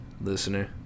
Listener